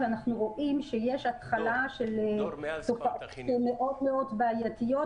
ואנחנו רואים שיש התחלה של תופעות מאוד בעייתיות,